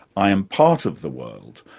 i am part of the world,